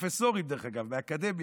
פרופסורים מהאקדמיה,